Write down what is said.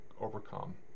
overcome